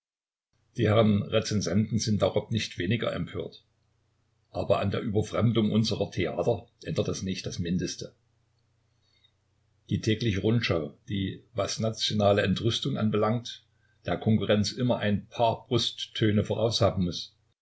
die herren rezensenten sind darob nicht wenig empört aber an der überfremdung unserer theater ändert das nicht das mindeste die tägliche rundschau die was nationale entrüstung anbelangt der konkurrenz immer ein paar brusttöne voraus haben muß